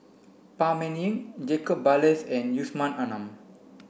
Phan Ming Yen Jacob Ballas and Yusman Aman